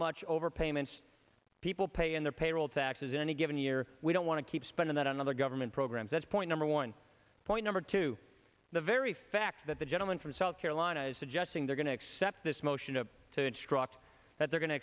much over payments people pay in their payroll taxes in any given year we don't want to keep spending that on other government programs that's point number one point number two the very fact that the gentleman from south carolina is suggesting they're going to accept this motion to to instruct that they're go